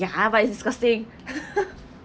ya but it's disgusting